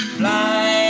fly